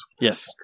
yes